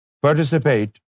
participate